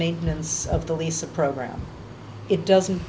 maintenance of the lease a program it doesn't